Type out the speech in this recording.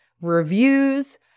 reviews